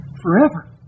forever